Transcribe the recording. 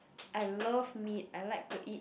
I love meat I like to eat